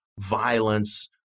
violence